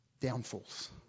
downfalls